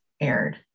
aired